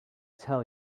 tell